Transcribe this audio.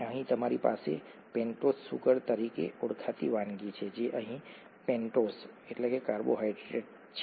અહીં તમારી પાસે પેન્ટોઝ સુગર તરીકે ઓળખાતી વાનગી છે જે અહીં પેન્ટોઝ કાર્બોહાઇડ્રેટ છે